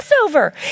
Passover